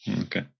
Okay